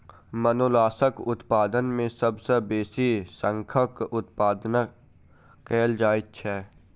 मोलास्कक उत्पादन मे सभ सॅ बेसी शंखक उत्पादन कएल जाइत छै